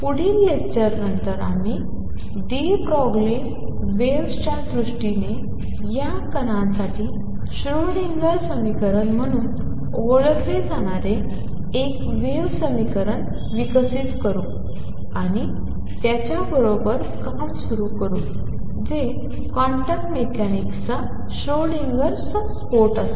पुढील लेक्चर नंतर आम्ही डी ब्रॉग्ली वेव्ह्सच्या दृष्टीने या कणांसाठी श्रोडिंगर समीकरण म्हणून ओळखले जाणारे एक वेव्ह समीकरण विकसित करू आणि त्याच्याबरोबर काम सुरू करू जे क्वांटम मेकॅनिक्सचा श्रोडिंगर स्फोट असेल